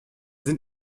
sind